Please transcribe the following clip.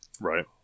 Right